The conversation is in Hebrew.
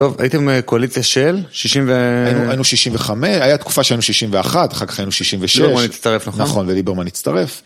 טוב, הייתם קואליציה של? שישים ו.. היינו שישים וחמש, היה תקופה שהיינו שישים ואחת, אחר כך היינו שישים ושש. ליברמן הצטרף, נכון? נכון, ליברמן הצטרף.